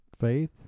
Faith